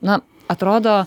na atrodo